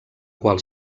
qual